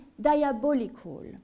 diabolical